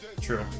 True